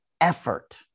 effort